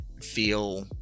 feel